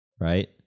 right